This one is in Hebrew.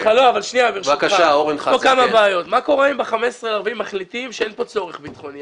מה קורה אם ב-15 באפריל מחליטים שאין פה צורך ביטחוני?